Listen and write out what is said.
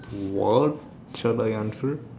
what should I answer